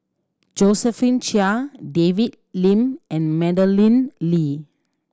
Josephine Chia David Lim and Madeleine Lee